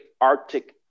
Arctic